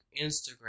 Instagram